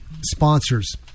sponsors